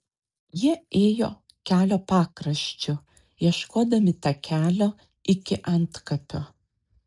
jie ėjo kelio pakraščiu ieškodami takelio iki antkapio